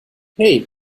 hey